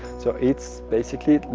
so it's basically,